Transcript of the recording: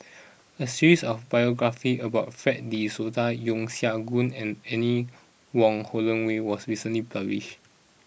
a series of biographies about Fred De Souza Yeo Siak Goon and Anne Wong Holloway was recently published